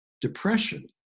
depression